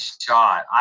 shot